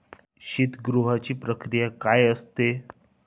शीतगृहाची प्रक्रिया काय असते?